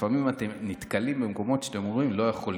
לפעמים אתם נתקלים במקומות שאתם אומרים: לא יכול להיות.